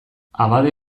abade